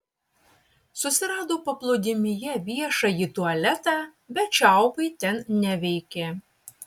susirado paplūdimyje viešąjį tualetą bet čiaupai ten neveikė